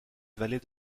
vallée